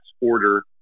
order